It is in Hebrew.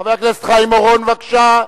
חבר הכנסת חיים אורון, בבקשה.